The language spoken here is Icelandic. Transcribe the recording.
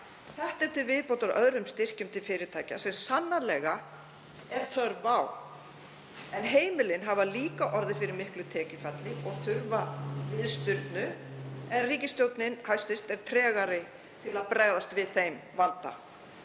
Þetta er til viðbótar öðrum styrkjum til fyrirtækja sem sannarlega er þörf á. En heimilin hafa líka orðið fyrir miklu tekjufalli og þurfa viðspyrnu en hæstv. ríkisstjórn er tregari til að bregðast við þeim vanda.